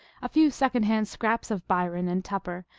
a few second-hand scraps of byron and tupper,